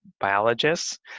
biologists